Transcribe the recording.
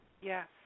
yes